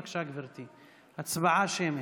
בבקשה, גברתי, הצבעה שמית.